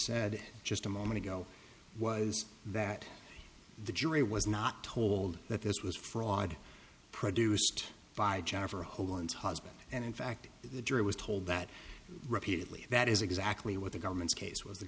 said just a moment ago was that the jury was not told that this was fraud produced by jennifer homans husband and in fact the jury was told that repeatedly that is exactly what the government's case was the